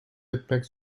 etmek